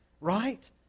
Right